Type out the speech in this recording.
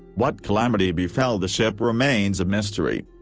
what calamity befell the ship remains mystery.